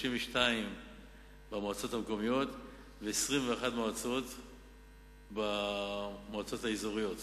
52 מועצות במועצות המקומיות ו-21 מועצות במועצות האזוריות.